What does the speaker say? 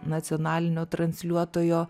nacionalinio transliuotojo